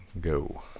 go